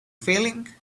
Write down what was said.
feeling